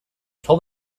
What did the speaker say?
told